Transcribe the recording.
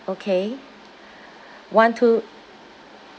okay one two